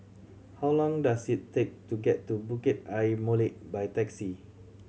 how long does it take to get to Bukit Ayer Molek by taxi